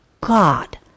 God